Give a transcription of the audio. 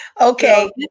Okay